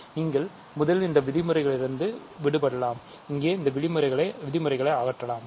நீங்கள் முதலில் இந்த விதிமுறைகளிலிருந்து விடுபடலாம் இங்கே இந்த விதிமுறைகளை அகற்றலாம்